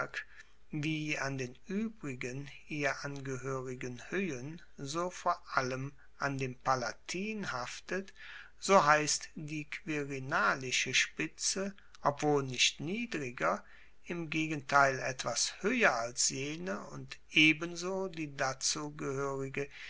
wie an den uebrigen ihr angehoerigen hoehen so vor allem an dem palatin haftet so heisst die quirinalische spitze obwohl nicht niedriger im gegenteil etwas hoeher als jene und ebenso die